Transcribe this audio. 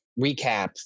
recap